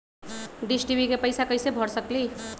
Dish TV के पैईसा कईसे भर सकली?